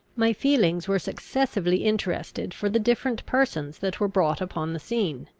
my feelings were successively interested for the different persons that were brought upon the scene.